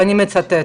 ואני מצטטת: